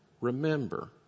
remember